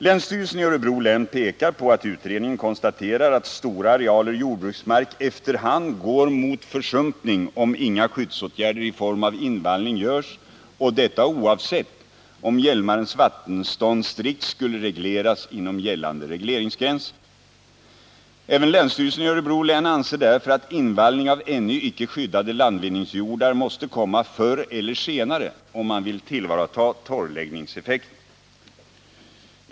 Länsstyrelsen i Örebro län pekar på att utredningen konstaterar att stora arealer jordbruksmark efter hand går mot försumpning, om inga skyddsåtgärder i form av invallning görs, och detta oavsett om Hjälmarens vattenstånd strikt skulle regleras inom gällande regleringsgränser. Även länsstyrelsen i Örebro län anser därför att invallning av ännu icke skyddade landvinningsjordar måste komma förr eller senare, om man vill tillvarata torrläggningseffekten.